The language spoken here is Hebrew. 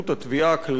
התביעה הכללית,